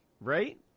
right